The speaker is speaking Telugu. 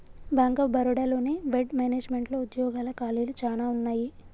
బ్యాంక్ ఆఫ్ బరోడా లోని వెడ్ మేనేజ్మెంట్లో ఉద్యోగాల ఖాళీలు చానా ఉన్నయి